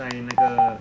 在那个